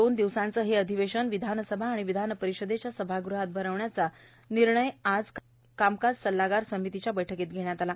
दोन दिवसांचे हे अधिवेशन विधानसभा आणि विधान परिषदेच्या सभागृहात भरवण्याचा निर्णय आज कामकाज सल्लागार समितीच्या बैठकीत घेण्यात आला